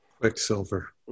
Quicksilver